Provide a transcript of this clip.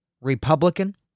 Republican